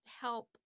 help